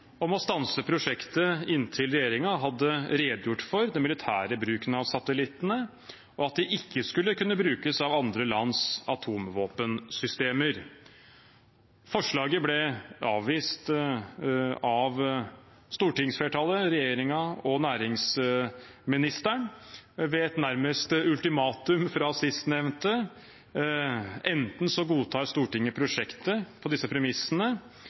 om å stanse prosjektet inntil regjeringen hadde redegjort for den militære bruken av satellittene, og at de ikke skulle kunne brukes av andre lands atomvåpensystemer. Forslaget ble avvist av stortingsflertallet, regjeringen og næringsministeren, med det som nærmest var et ultimatum fra sistnevnte: Enten godtar Stortinget prosjektet på disse premissene,